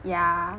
yeah